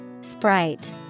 Sprite